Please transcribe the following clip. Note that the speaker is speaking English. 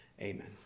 Amen